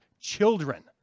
children